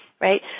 right